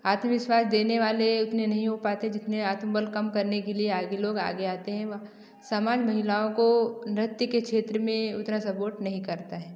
आत्मविश्वास देने वाले उतने नहीं हो पाते जितने आत्मबल कम करने के लिए आगे लोग आगे आते हैं वह समान्य महिलाओं को नृत्य के क्षेत्र में उतना सपोर्ट नहीं करता है